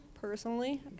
personally